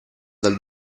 dal